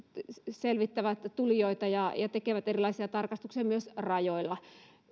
selvittävät tulijoita ja ja tekevät erilaisia tarkastuksia myös rajoilla